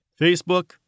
Facebook